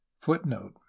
Footnote